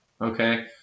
Okay